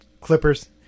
Clippers